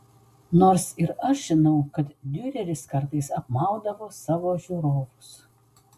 nors ir aš žinau kad diureris kartais apmaudavo savo žiūrovus